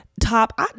top